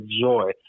joy